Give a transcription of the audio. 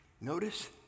Notice